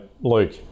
Luke